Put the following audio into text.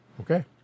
okay